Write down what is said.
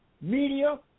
media